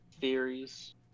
theories